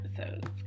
episodes